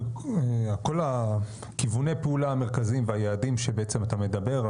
כל כיווני הפעולה המרכזיים והיעדים שבעצם אתה מדבר,